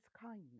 kindness